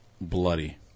bloody